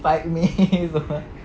fight me